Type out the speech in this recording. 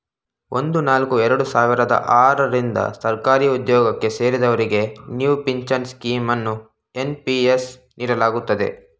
ಒಂದು ನಾಲ್ಕು ಎರಡು ಸಾವಿರದ ಆರ ರಿಂದ ಸರ್ಕಾರಿಉದ್ಯೋಗಕ್ಕೆ ಸೇರಿದವರಿಗೆ ನ್ಯೂ ಪಿಂಚನ್ ಸ್ಕೀಂ ಅನ್ನು ಎನ್.ಪಿ.ಎಸ್ ನೀಡಲಾಗುತ್ತದೆ